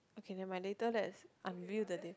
okay never mind later let's reveal the thing